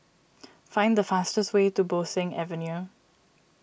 find the fastest way to Bo Seng Avenue